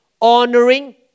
Honoring